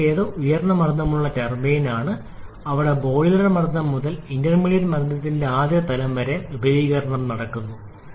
ആദ്യത്തേത് ഉയർന്ന മർദ്ദമുള്ള ടർബൈൻ ആണ് അവിടെ ബോയിലർ മർദ്ദം മുതൽ ഇന്റർമീഡിയറ്റ് മർദ്ദത്തിന്റെ ആദ്യ തലം വരെ വിപുലീകരണം നടക്കുന്നു